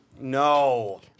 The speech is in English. No